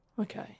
Okay